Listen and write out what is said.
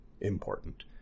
important